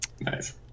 nice